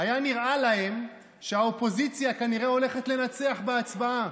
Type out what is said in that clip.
היה נראה להם שהאופוזיציה כנראה הולכת לנצח בהצבעה.